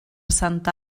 santa